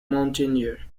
mountaineer